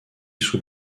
sous